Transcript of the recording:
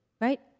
right